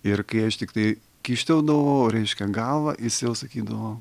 ir kai aš tiktai kyšteldavau reiškia galvą jis jau sakydavo